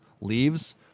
leaves